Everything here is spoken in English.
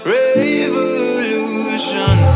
revolution